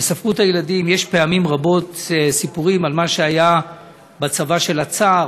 יש פעמים רבות סיפורים על מה שהיה בצבא של הצאר,